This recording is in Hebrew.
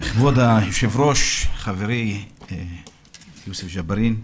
כבוד היושב-ראש, חברי יוסף ג'בארין,